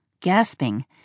gasping